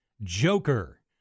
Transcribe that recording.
Joker